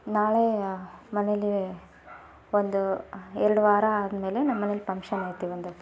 ನಾಳೆ ಮನೇಲಿ ಒಂದು ಎರಡು ವಾರ ಆದ ಮೇಲೆ ನಮ್ಮ ಮನೇಲಿ ಫಂಕ್ಷನ್ ಐತೆ ಒಂದು